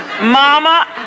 Mama